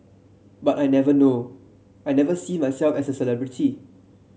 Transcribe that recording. but I never know I never see myself as a celebrity